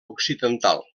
occidental